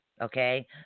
Okay